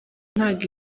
ntago